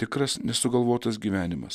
tikras nesugalvotas gyvenimas